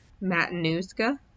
Matanuska